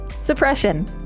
Suppression